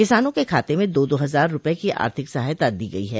किसानों के खाते में दो दो हजार रुपये की आर्थिक सहायता दी गयी है